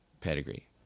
pedigree